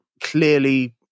clearly